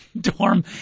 dorm